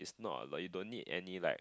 is not but don't need any like